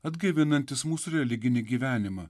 atgaivinantis mūsų religinį gyvenimą